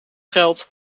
geld